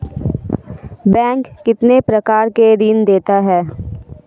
Bank कितने प्रकार के ऋण देता है?